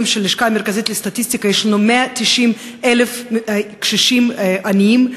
של הלשכה המרכזית לסטטיסטיקה יש לנו 190,000 קשישים עניים,